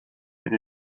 and